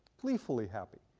gleefully happy.